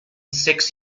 six